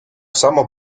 samo